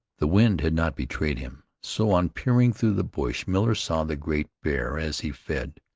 the wind had not betrayed him, so on peering through the bush miller saw the great bear as he fed,